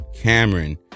Cameron